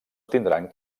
tindran